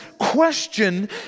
question